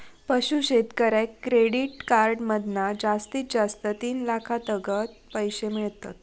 पशू शेतकऱ्याक credit card मधना जास्तीत जास्त तीन लाखातागत पैशे मिळतत